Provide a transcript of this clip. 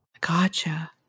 Gotcha